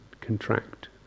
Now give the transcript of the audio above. contract